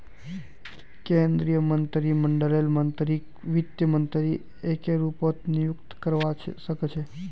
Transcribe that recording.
केन्द्रीय मन्त्रीमंडललेर मन्त्रीकक वित्त मन्त्री एके रूपत नियुक्त करवा सके छै